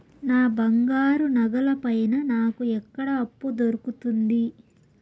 నా బంగారు నగల పైన నాకు ఎక్కడ అప్పు దొరుకుతుంది